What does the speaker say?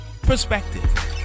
perspective